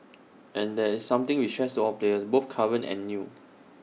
and that is something we tress all players both current and new